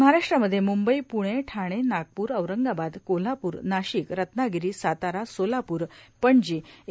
महाराष्ट्रामध्ये मुंबईए प्णेए ठाणेए नागप्रए औरंगाबादए कोल्हाप्रए नाशिकए रत्नागिरीए साताराए सोलापूरए पणजीए इ